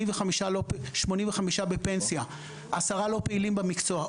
85 בפנסיה, 10 לא פעילים במקצוע.